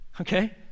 okay